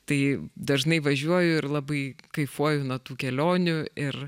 tai dažnai važiuoju ir labai kaifuoju nuo tų kelionių ir